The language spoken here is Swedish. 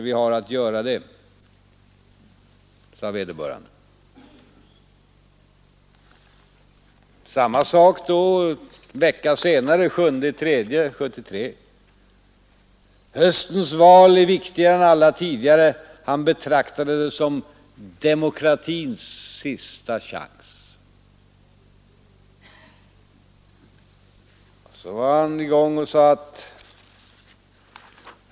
Samma sak en vecka senare, den 7 mars, i Katrineholms-Kuriren, då det heter: Höstens val är viktigare än alla tidigare. Han betraktade det som demokratins sista chans.